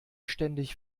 ständig